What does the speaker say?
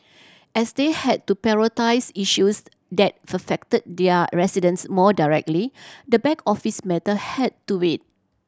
as they had to prioritise issues that affected their residents more directly the back office matter had to wait